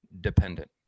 dependent